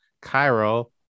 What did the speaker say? Cairo